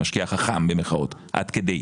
המשקיע ה"חכם" עד כדי,